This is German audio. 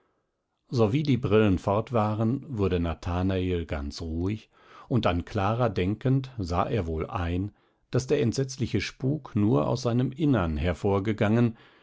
sowie die brillen fort waren wurde nathanael ganz ruhig und an clara denkend sah er wohl ein daß der entsetzliche spuk nur aus seinem innern hervorgegangen